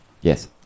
Yes